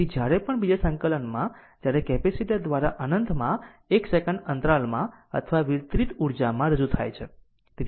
તેથી જ્યારે પણ બીજા સંકલનમાં જ્યારે કેપેસિટર દ્વારા અનંતમાં 1 સેકંડ અંતરાલમાં અથવા વિતરિત ઊર્જામાં રજૂ થાય છે